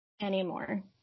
anymore